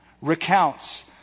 recounts